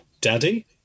Daddy